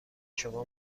شما